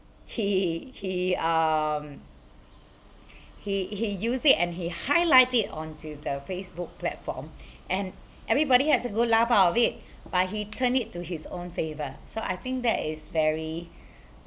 he he um he he used it and he highlight it onto the Facebook platform and everybody has a good laugh out of it but he turned it to his own favour so I think that is very